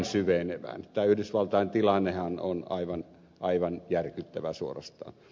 tämä yhdysvaltain tilannehan on aivan järkyttävä suorastaan